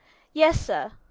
yes, sir.